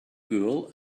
girl